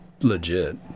legit